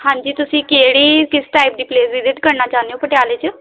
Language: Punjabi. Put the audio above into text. ਹਾਂਜੀ ਤੁਸੀਂ ਕਿਹੜੀ ਕਿਸ ਟਾਈਪ ਦੀ ਪਲੇਸ ਵਿਜ਼ਿਟ ਕਰਨਾ ਚਾਹੁੰਦੇ ਹੋ ਪਟਿਆਲੇ 'ਚ